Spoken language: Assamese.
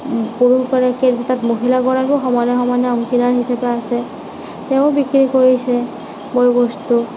পুৰুষগৰাকীৰ লগে লগে মহিলাগৰাকীয়েও সমানে সমানে অংশীদাৰ হিচাপে আছে তেওঁও বিক্ৰী কৰিছে বয় বস্তু